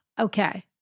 okay